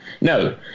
No